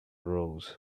rose